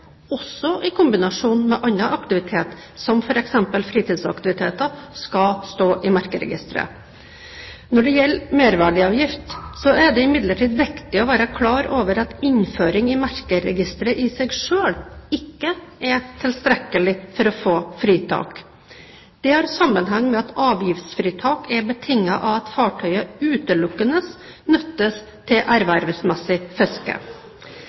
også i kombinasjon med annen aktivitet som f.eks. fritidsaktiviteter, skal stå i merkeregisteret. Når det gjelder merverdiavgift, er det imidlertid viktig å være klar over at innføring i merkeregisteret i seg selv ikke er tilstrekkelig for å få fritak. Det har sammenheng med at avgiftsfritak er betinget av at fartøyet utelukkende nyttes til ervervsmessig fiske.